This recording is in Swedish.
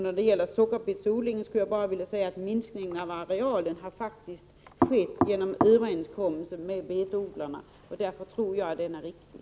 När det gäller sockerbetsodlingen vill jag bara säga att minskningen av arealen faktiskt har skett genom överenskommelser med betodlarna. Därför tror jag att den är riktig.